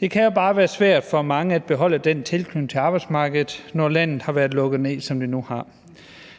Det kan jo bare være svært for mange at beholde den tilknytning til arbejdsmarkedet, når landet har været lukket ned, som det nu har